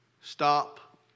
stop